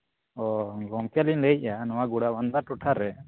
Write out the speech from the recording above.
ᱚ ᱜᱚᱢᱠᱮ ᱞᱤᱧ ᱞᱟᱹᱭᱮᱫᱼᱟ ᱱᱚᱣᱟ ᱜᱚᱲᱟᱵᱚᱱᱫᱟ ᱴᱚᱴᱷᱟ ᱨᱮ